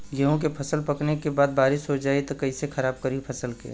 गेहूँ के फसल पकने के बाद बारिश हो जाई त कइसे खराब करी फसल के?